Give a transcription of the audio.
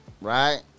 right